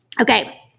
Okay